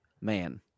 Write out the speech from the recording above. man